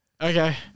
Okay